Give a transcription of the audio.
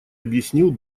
объяснил